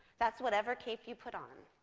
that's whatever cape you put on.